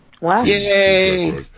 Wow